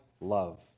love